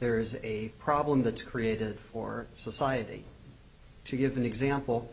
there is a problem that's created for society to give an example